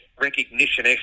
recognition